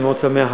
אני מאוד שמח,